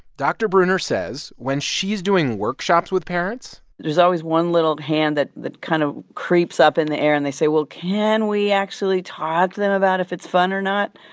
dr. breuner says when she's doing workshops with parents. there's always one little hand that that kind of creeps up in the air, and they say, well, can we actually talk to them about if it's fun or not?